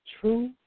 true